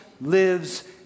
lives